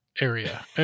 area